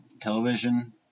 television